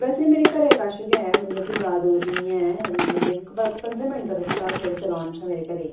बस एह् मेरे घरै कश गै कोई जादै दूर निं ऐ मतलब की पंद्रहें मिंट दा रस्ता दुकान शा मेरे घरै ई